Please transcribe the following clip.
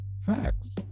facts